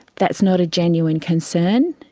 that's not a genuine concern.